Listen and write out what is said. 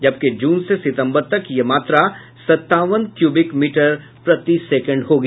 जबकि जून से सितंबर तक यह मात्रा सत्तावन क्यूबिक मीटर प्रति सेकेंड होगी